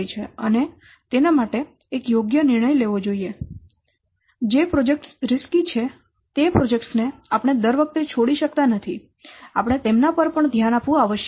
અને તેના માટે એક યોગ્ય નિર્ણય લેવો જોઈએ જે પ્રોજેક્ટ્સ જોખમી છે તે પ્રોજેક્ટ્સ ને આપણે દર વખતે છોડી શકતા નથી આપણે તેમના પર ધ્યાન આપવું આવશ્યક છે